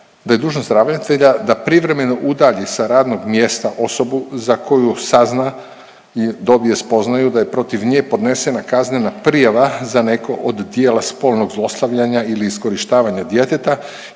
da je dužnost ravnatelja da privremeno udalji sa radnog mjesta osobu za koju sazna i dobije spoznaju da je protiv nje podnesena kaznena prijava za neko od dijela spolnog zlostavljanja ili iskorištavanja djeteta